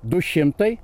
du šimtai